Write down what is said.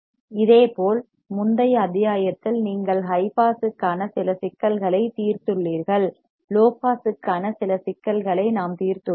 இதேபோல் முந்தைய அத்தியாயத்தில் நீங்கள் ஹை பாஸ்க்கான சில சிக்கல்களைத் தீர்த்துள்ளீர்கள் லோ பாஸ்க்கான சில சிக்கல்களை நாம் தீர்த்துள்ளோம்